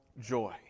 joy